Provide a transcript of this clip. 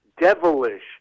devilish